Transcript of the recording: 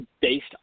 based